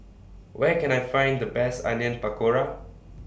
Where Can I Find The Best Onion Pakora